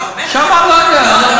שם, אני לא יודע.